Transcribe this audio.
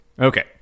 Okay